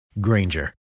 Granger